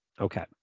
okay